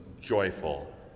joyful